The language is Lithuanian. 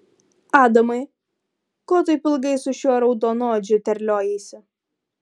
adamai ko taip ilgai su šiuo raudonodžiu terliojaisi